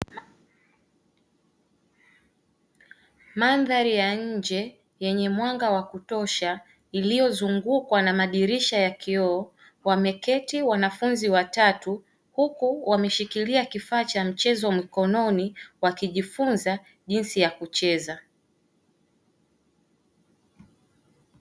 Mandhari ya nje yenye mwanga wa kutosha iliyozungukwa na madirisha ya kioo, wameketi wanafunzi watatu huku wameshikilia kifaa cha mchezo mkononi wakijifunza jinsi ya kucheza.